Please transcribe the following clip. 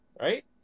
Right